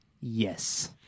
Yes